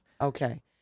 Okay